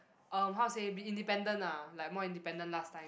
um how to say be independent lah like more independent last time